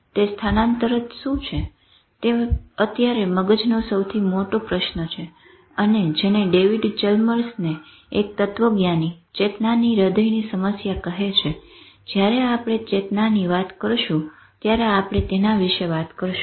તે સ્થાનાંતર શું છે તે અત્યારે મગજનો સૌથી મોયો પ્રશ્ન છે અને જેને ડેવિડ ચેલ્મર્સને એક તત્વજ્ઞાની ચેતનાની હૃદય સમસ્યા કહે છે જયારે આપણે ચેતનાની વાત કરશું ત્યારે આપણે તેના વિશે વાત કરશું